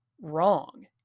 wrong